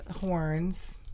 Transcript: horns